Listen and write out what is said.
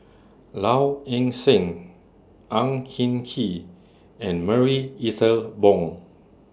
Low Ing Sing Ang Hin Kee and Marie Ethel Bong